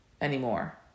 anymore